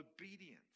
obedience